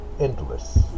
Endless